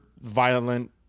violent